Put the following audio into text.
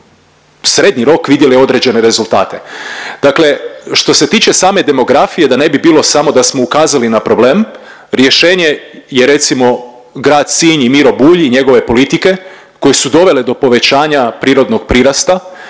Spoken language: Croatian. srednji rok vidjeli određene rezultate. Dakle što se tiče same demografije da ne bi bilo samo da smo ukazali na problem, rješenje je recimo grad Sinj i Miro Bulj i njegove politike koje su dovele do povećanja prirodnog prirasta,